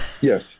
yes